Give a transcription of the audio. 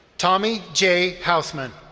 tommy j. hausman.